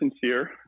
sincere